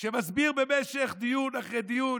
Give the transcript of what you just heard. שמסביר במשך דיון אחרי דיון,